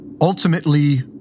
Ultimately